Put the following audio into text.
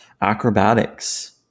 Acrobatics